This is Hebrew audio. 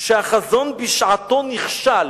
שהחזון בשעתו נכשל"